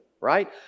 right